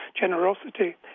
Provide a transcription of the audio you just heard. generosity